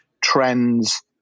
trends